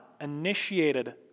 initiated